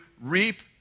reap